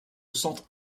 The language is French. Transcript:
centre